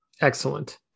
Excellent